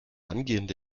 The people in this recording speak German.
angehende